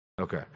Okay